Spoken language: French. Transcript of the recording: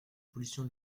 pollution